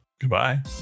Goodbye